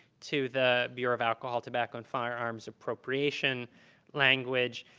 to the bureau of alcohol, tobacco and firearms, appropriation language.